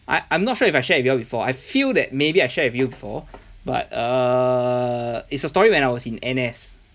I I'm not sure if I share with you all before I feel that maybe I share with you before but err it's a story when I was in N_S